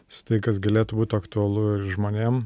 su tai kas galėtų būt aktualu ir žmonėm